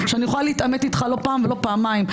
שאני יכולה להתעמת איתך לא פעם ולא פעמיים,